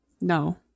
No